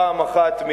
פעם אחת,